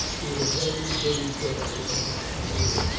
with a very pretty tale, lambert sneered.